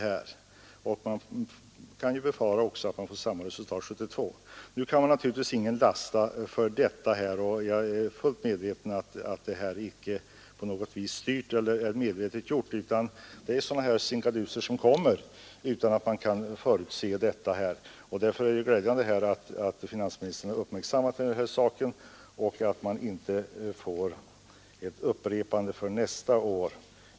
Vi kan också befara att resultatet blir detsamma 1972. Nu kan naturligtvis ingen lastas för detta. Jag är fullt på det klara med att det här icke på något vis är styrt eller medvetet genomfört, utan det är en sådan sinkadus som inträffar utan att någon kan förutse det. Därför är det glädjande att finansministern har uppmärksammat saken så att man inte får ett upprepande nästa år.